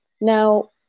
Now